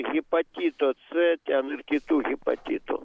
hepatito c ten ir kitų hepatitų